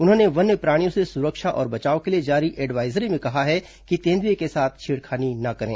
उन्होंने वन्यप्राणियों से सुरक्षा और बचाव के लिए जारी एडवायजरी में कहा है कि तेंदुएं के साथ छेड़खानी न करें